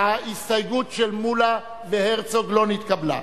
ההסתייגות של מולה והרצוג לא נתקבלה.